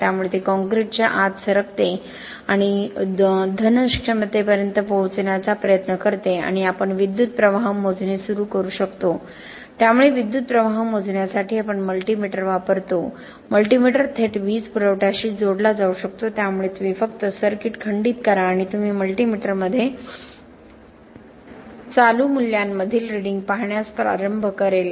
त्यामुळे ते कॉंक्रिटच्या आत सरकते आणि धन क्षमतेपर्यंत पोहोचण्याचा प्रयत्न करते आणि आपण विद्युत प्रवाह मोजणे सुरू करू शकतो त्यामुळे विद्युतप्रवाह मोजण्यासाठी आपण मल्टी मीटर वापरतो मल्टी मीटर थेट वीज पुरवठ्याशी जोडला जाऊ शकतो त्यामुळे तुम्ही फक्त सर्किट खंडित करा आणि तुम्ही मल्टी मीटरमध्ये विद्युत मूल्यांमधील रीडिंग पाहण्यास प्रारंभ करेल